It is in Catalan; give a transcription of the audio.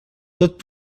tot